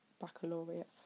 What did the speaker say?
Baccalaureate